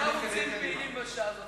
אנחנו הערוצים הפעילים בשעה הזאת,